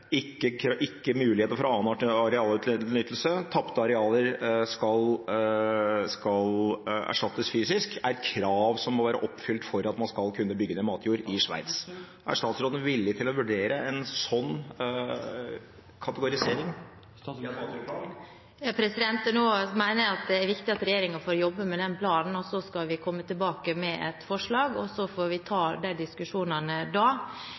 ikke muligheter for annen arealutnyttelse tapte arealer skal erstattes fysisk Dette er krav som må være oppfylt for at man skal kunne bygge ned matjord i Sveits. Er statsråden villig til å vurdere en sånn kategorisering i en matjordplan? Nå mener jeg det er viktig at regjeringen får jobbet med den planen. Så skal vi komme tilbake med et forslag, og så får vi ta de diskusjonene da.